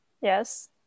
Yes